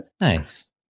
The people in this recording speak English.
nice